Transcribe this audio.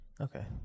Okay